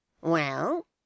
Well